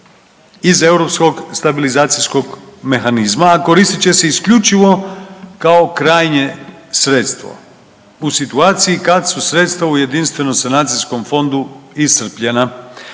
iz Europskog stabilizacijskog mehanizma, a koristit će se isključivo kao krajnje sredstvo u situaciji kad su sredstva u Jedinstvenom sanacijskom fondu iscrpljena,